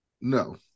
no